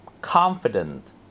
confident